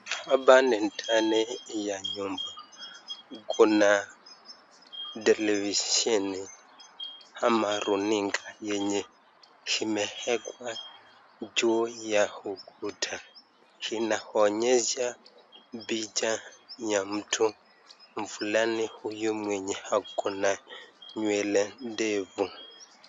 Hapa ni ndani ya nyumba kuna televisheni ama runinga yenye imewekwa juu ya ukuta inaonyesha picha ya mtu fulani huyu mwenye ako na nywele ndefu.